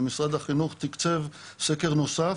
משרד החינוך תקצב סקר נוסף,